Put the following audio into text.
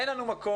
אין לנו מקור,